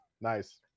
nice